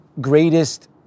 greatest